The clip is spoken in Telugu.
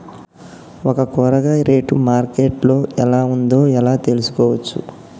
ఒక కూరగాయ రేటు మార్కెట్ లో ఎలా ఉందో ఎలా తెలుసుకోవచ్చు?